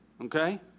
Okay